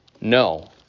No